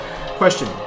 Question